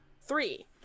Three